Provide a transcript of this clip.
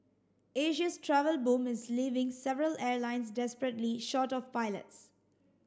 Asia's travel boom is leaving several airlines desperately short of pilots